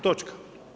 Točka.